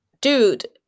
dude